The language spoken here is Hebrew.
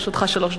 לרשותך שלוש דקות.